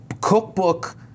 cookbook